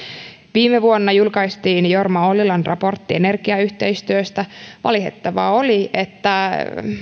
viime vuonna julkaistiin jorma ollilan raportti energiayhteistyöstä valitettavaa oli että